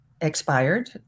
expired